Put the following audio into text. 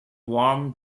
warm